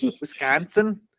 Wisconsin